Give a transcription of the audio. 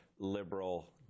liberal